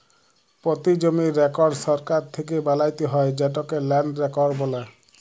পতি জমির রেকড় সরকার থ্যাকে বালাত্যে হয় যেটকে ল্যান্ড রেকড় বলে